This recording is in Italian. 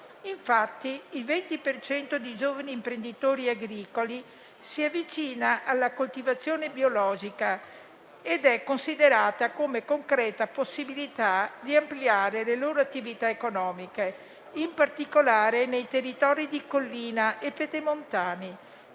Infatti, il 20 per cento dei giovani imprenditori agricoli si avvicina alla coltivazione biologica, che è considerata come concreta possibilità di ampliare le loro attività economiche, in particolare nei territori di collina e pedemontani,